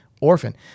orphan